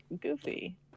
goofy